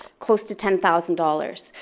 close to ten thousand dollars.